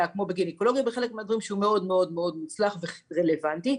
וגניקולוגיה בהם הוא מאוד מוצלח ורלוונטי,